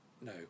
no